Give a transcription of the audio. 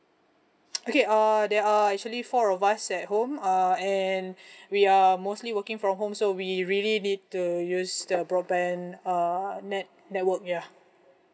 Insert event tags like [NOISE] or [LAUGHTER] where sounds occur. [NOISE] okay err there are actually four of us at home uh and we are mostly working from home so we really need to use the broadband err net~ network ya